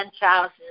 houses